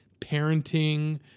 parenting